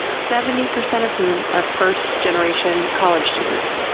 seventy percent of whom are first-generation college students.